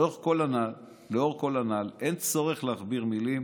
לאור כל הנ"ל, אין צורך להכביר מילים